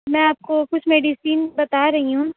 میں آپ کو کچھ میڈیسین بتا رہی ہوں